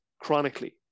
chronically